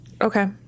Okay